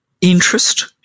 interest